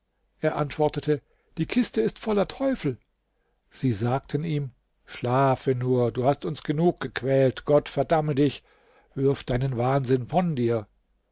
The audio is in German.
er antwortete die kiste ist voller teufel sie sagten ihm schlafe nur du hast uns genug gequält gott verdamme dich wirf deinen wahnsinn von dir